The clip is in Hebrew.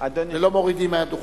ולא מורידים מהדוכן.